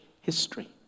history